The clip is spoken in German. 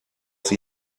sie